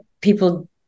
people